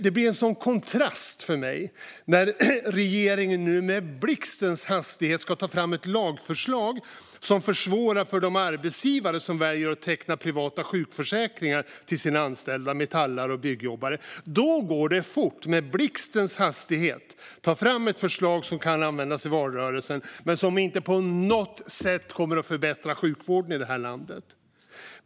Det blir en sådan kontrast för mig när regeringen nu med blixtens hastighet ska ta fram ett lagförslag som försvårar för de arbetsgivare som väljer att teckna privata sjukvårdsförsäkringar åt sina anställda metallare och byggjobbare. Då går det fort att ta fram ett förslag som kan användas i valrörelsen men som inte på något sätt kommer att förbättra sjukvården i det här landet.